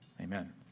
amen